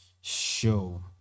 show